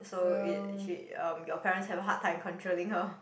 so it she um your parents have a hard time controlling her